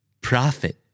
Prophet